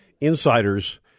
insiders